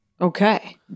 Okay